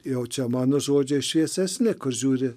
jau čia mano žodžiai šviesesni kur žiūri